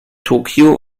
tokio